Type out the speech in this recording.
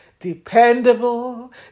Dependable